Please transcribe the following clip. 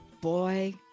boy